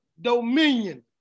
dominion